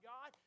God